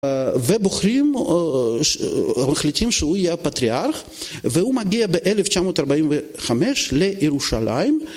ובוחרים או מחליטים שהוא יהיה הפטריארך והוא מגיע ב-1945 לירושלים.